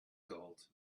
gold